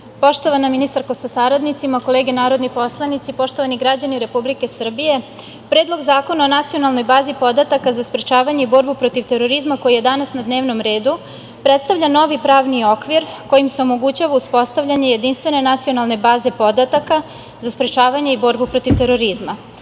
ministarko sa saradnicima, kolege narodni poslanici, poštovani građani Republike Srbije, Predlog zakona o Nacionalnoj bazi podataka za sprečavanje i borbu protiv terorizma, koji je danas na dnevnom redu, predstavlja novi pravni okvir kojim se omogućava uspostavlje jedinstvene Nacionalne baze podataka za sprečavanje i borbu protiv terorizma. Baza